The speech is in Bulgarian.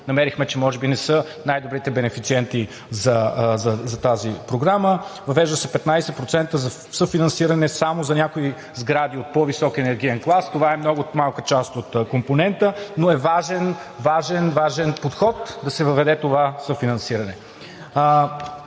намерихме, че може би не са най-добрите бенефициенти за тази програма – въвежда се 15% съфинансиране само за някои сгради от по-висок енергиен клас. Това е много малка част от компонента, но е важен, важен подход да се въведе това съфинансиране.